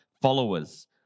followers